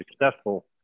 successful